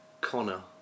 Connor